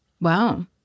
Wow